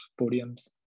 podiums